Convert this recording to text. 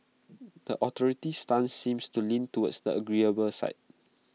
the authorities' stance seems to lean towards the agreeable side